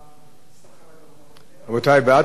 רבותי, בעד, 5, אין מתנגדים ואין נמנעים.